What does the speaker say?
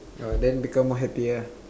uh then become more happier ah